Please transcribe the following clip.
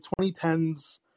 2010s